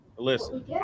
listen